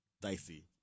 dicey